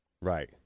Right